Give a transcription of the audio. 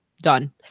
done